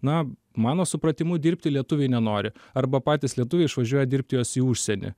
na mano supratimu dirbti lietuviai nenori arba patys lietuviai išvažiuoja dirbti juos į užsienį